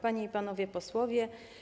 Panie i Panowie Posłowie!